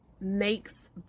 makes